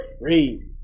Read